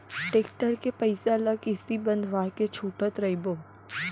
tractor के पइसा ल किस्ती बंधवा के छूटत रइबो